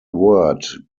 word